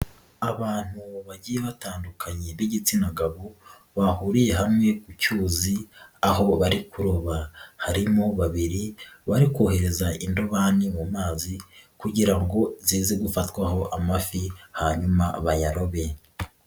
Abantu bagiye batandukanye b'igitsina gabo, bahuriye hamwe ku cyuzi, aho bari kuroba, harimo babiri bari kohereza indobani mu mazi kugira ngo zize gufatwaho amafi, hanyuma bayarobe.